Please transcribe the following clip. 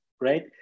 right